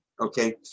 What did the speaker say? okay